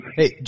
hey